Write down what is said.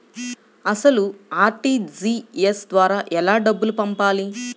అసలు అర్.టీ.జీ.ఎస్ ద్వారా ఎలా డబ్బులు పంపాలి?